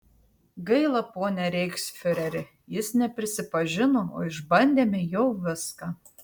gaila pone reichsfiureri jis neprisipažino o išbandėme jau viską